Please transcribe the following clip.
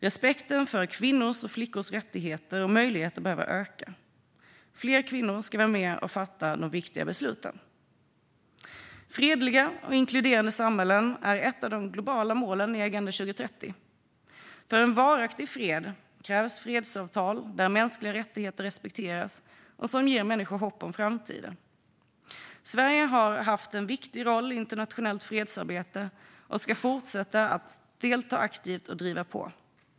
Respekten för kvinnors och flickors rättigheter och möjligheter behöver öka. Fler kvinnor ska vara med och fatta de viktiga besluten. Fredliga och inkluderande samhällen är ett av de globala målen i Agenda 2030. För en varaktig fred krävs fredsavtal där mänskliga rättigheter respekteras och som ger människor hopp om framtiden. Sverige har haft en viktig roll i internationellt fredsarbete och ska fortsätta att delta aktivt och driva på.